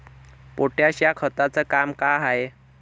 Potash या खताचं काम का हाय?